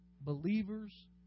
believers